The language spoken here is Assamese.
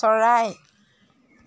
চৰাই